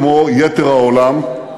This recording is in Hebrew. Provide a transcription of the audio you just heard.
כמו יתר העולם,